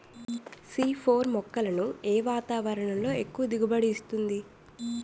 C four మొక్కలను ఏ వాతావరణంలో ఎక్కువ దిగుబడి ఇస్తుంది?